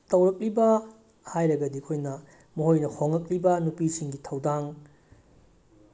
ꯇꯧꯔꯛꯂꯤꯕ ꯍꯥꯏꯔꯒꯗꯤ ꯑꯩꯈꯣꯏꯅ ꯃꯣꯏꯅ ꯍꯣꯡꯂꯛꯂꯤꯕ ꯅꯨꯄꯤꯁꯤꯡꯒꯤ ꯊꯧꯗꯥꯡ